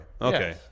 Okay